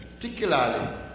particularly